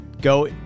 go